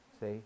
See